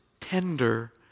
tender